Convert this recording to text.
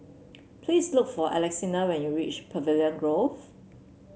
please look for Alexina when you reach Pavilion Grove